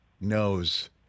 knows